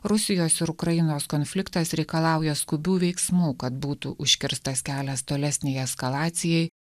rusijos ir ukrainos konfliktas reikalauja skubių veiksmų kad būtų užkirstas kelias tolesnei eskalacijai